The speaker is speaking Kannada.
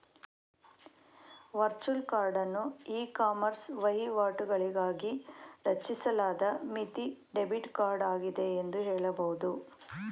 ವರ್ಚುಲ್ ಕಾರ್ಡನ್ನು ಇಕಾಮರ್ಸ್ ವಹಿವಾಟುಗಳಿಗಾಗಿ ರಚಿಸಲಾದ ಮಿತಿ ಡೆಬಿಟ್ ಕಾರ್ಡ್ ಆಗಿದೆ ಎಂದು ಹೇಳಬಹುದು